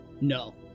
no